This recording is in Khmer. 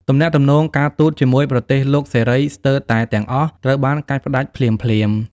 ទំនាក់ទំនងការទូតជាមួយប្រទេសលោកសេរីស្ទើរតែទាំងអស់ត្រូវបានកាត់ផ្ដាច់ភ្លាមៗ។